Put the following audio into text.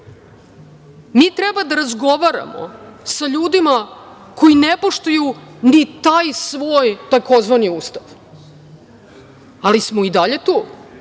Mi treba da razgovaramo sa ljudima koji ne poštuju ni taj svoj tzv. ustav, ali smo i dalje tu,